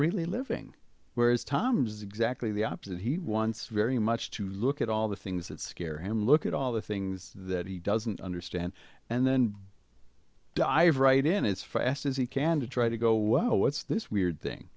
really living whereas tom does exactly the opposite he wants very much to look at all the things that scare him look at all the things that he doesn't understand and then dive right in it's fast as he can to try to go whoa what's this weird thing